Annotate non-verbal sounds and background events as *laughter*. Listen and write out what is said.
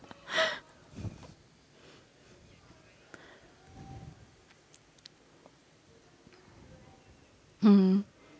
*breath* mmhmm